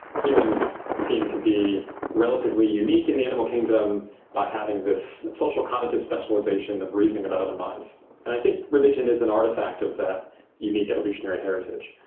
humans seem to be relatively unique in the animal kingdom by having this social cognitive specialisation of reasoning about other minds. and i think religion is an artefact of that unique evolutionary heritage.